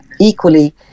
equally